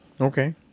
Okay